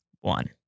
one